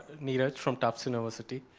neeraj from tufts university.